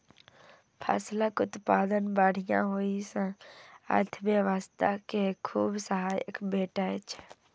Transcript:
फसलक उत्पादन बढ़िया होइ सं अर्थव्यवस्था कें खूब सहायता भेटै छै